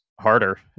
harder